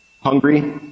hungry